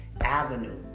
avenue